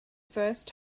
first